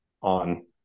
on